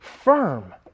firm